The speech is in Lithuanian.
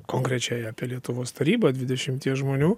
konkrečiai apie lietuvos tarybą dvidešimties žmonių